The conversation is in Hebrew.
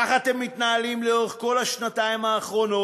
כך אתם מתנהלים לאורך כל השנתיים האחרונות,